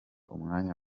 umwanya